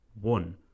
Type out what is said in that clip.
One